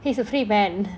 he's a freed man